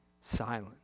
silent